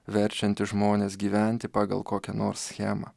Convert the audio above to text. verčianti žmones gyventi pagal kokią nors schemą